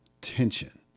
tension